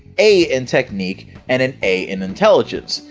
a in technique, and an a in intelligence!